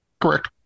Correct